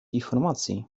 informacji